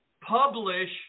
publish